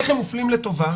איך הם מופלים לטובה?